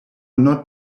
not